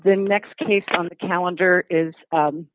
the next case on the calendar is